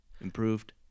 improved